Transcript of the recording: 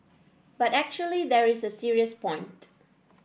but actually there is a serious point